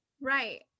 right